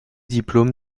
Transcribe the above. diplômes